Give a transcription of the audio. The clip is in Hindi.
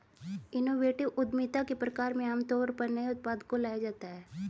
इनोवेटिव उद्यमिता के प्रकार में आमतौर पर नए उत्पाद को लाया जाता है